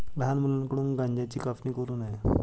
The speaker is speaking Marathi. लहान मुलांकडून गांज्याची कापणी करू नये